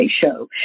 show